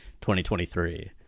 2023